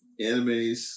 animes